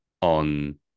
On